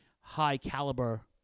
high-caliber